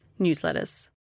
newsletters